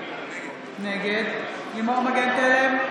נגד לימור מגן תלם,